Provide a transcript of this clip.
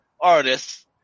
artists